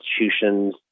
institutions